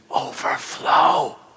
overflow